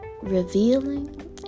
revealing